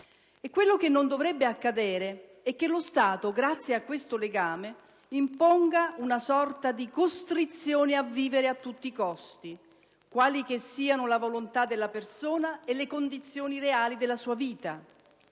Quello che non dovrebbe accadere è che lo Stato, grazie a questo legame, imponga una sorta di costrizione a vivere a tutti costi, quali che siano la volontà della persona e le condizioni reali della sua vita,